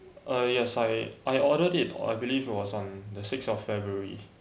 uh yes I I ordered it I believe was on the sixth of february